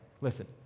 listen